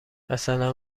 مثلا